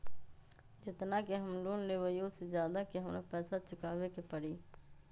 जेतना के हम लोन लेबई ओ से ज्यादा के हमरा पैसा चुकाबे के परी?